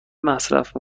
مصرف